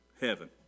heaven